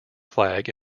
flag